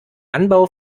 anbau